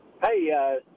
Hey